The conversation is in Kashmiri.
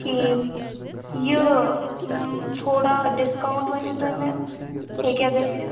ٹھیٖک یہِ تھوڑا ڈِسکاوُنٛٹ ؤنِو تُہۍ مےٚ ہٮ۪کیٛاہ گٔژھِتھ